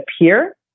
appear